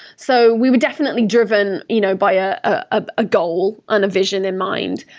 so we were definitely driven you know by ah ah a goal and a vision in mind.